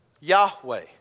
Yahweh